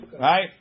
Right